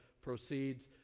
proceeds